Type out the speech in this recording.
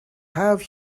have